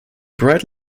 bright